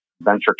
venture